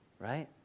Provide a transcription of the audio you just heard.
Right